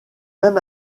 même